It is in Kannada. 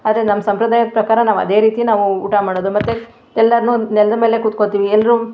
ಆದರೆ ನಮ್ಮ ಸಂಪ್ರದಾಯದ ಪ್ರಕಾರ ನಾವು ಅದೇ ರೀತಿ ನಾವು ಊಟ ಮಾಡೋದು ಮತ್ತು ಎಲ್ಲಾರನ್ನೂ ನೆಲದ ಮೇಲೆ ಕುತ್ಕೊತೀವಿ ಎಲ್ಲರೂ